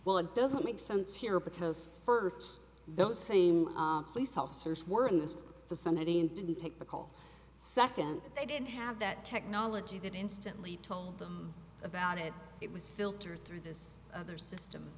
well it doesn't make sense here because for those same police officers were in this vicinity and didn't take the call second they didn't have that technology that instantly told them about it it was filtered through this other system